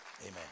Amen